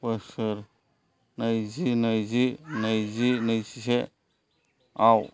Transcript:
बोसोर नैजि नैजि नैजि नैजिसे आव